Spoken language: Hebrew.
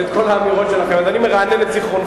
ואת כל האמירות שלכם, אז אני מרענן את זיכרונך.